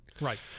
Right